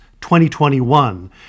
2021